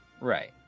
Right